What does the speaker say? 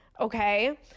okay